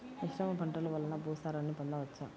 మిశ్రమ పంటలు వలన భూసారాన్ని పొందవచ్చా?